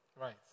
Right